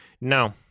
no